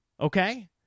okay